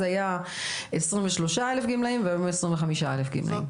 אז היה 23,000 גמלאים והיום יש כ-25,000 גמלאים.